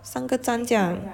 三个站这样